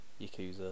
Yakuza